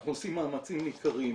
אנחנו עושים מאמצים ניכרים